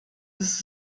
ist